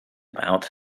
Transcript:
about